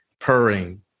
purring